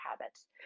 habits